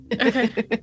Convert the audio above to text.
Okay